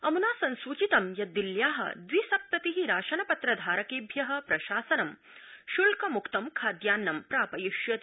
अम्ना संसूचितं यत् दिल्या द्वि सप्तति राशन पत्र धारकेभ्य प्रशासनं श्ल्कमुक्तं खाद्यान्न प्रापयिष्यति